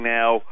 now